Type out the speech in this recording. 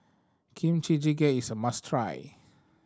Kimchi Jjigae is a must try